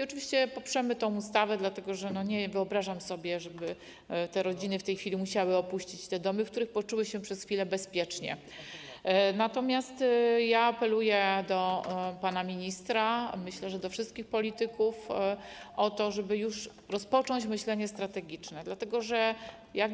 Oczywiście poprzemy tę ustawę, dlatego że nie wyobrażam sobie, żeby te rodziny w tej chwili musiały opuścić domy, w których poczuły się przez chwilę bezpiecznie, natomiast apeluję do pana ministra - myślę, że do wszystkich polityków - o to, żeby już rozpocząć myślenie strategiczne, gdyż